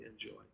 enjoy